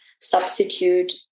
substitute